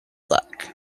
black